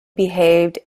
behaved